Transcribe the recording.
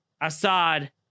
Assad